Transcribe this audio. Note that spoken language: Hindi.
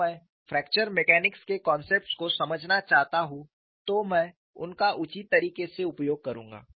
जब मैं फ्रैक्चर मैकेनिक्स के कॉन्सेप्ट्स को समझना चाहता हूं तो मैं उनका उचित तरीके से उपयोग करूंगा